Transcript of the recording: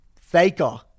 Faker